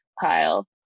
pile